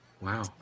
Wow